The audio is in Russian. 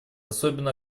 особенно